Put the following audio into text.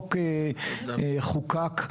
כשהחוק חוקק.